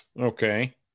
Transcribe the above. Okay